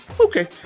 Okay